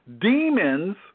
demons